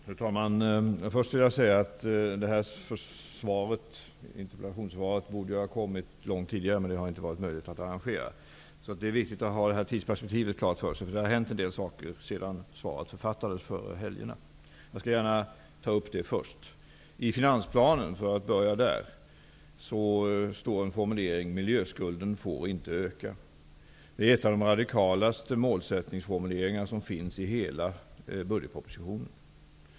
Fru talman! Först vill jag säga att det här interpellationssvaret borde ha kommit långt tidigare. Men det har inte varit möjligt att arrangera. Det är viktigt att ha tidsperspektivet klart för sig, eftersom det har hänt en del sedan svaret författades före helgerna. I finansplanen, för att börja där, står en formulering ''Miljöskulden får inte öka''. Det är en av de radikalaste målsättningsformuleringar som finns i hela budgetpropositionen.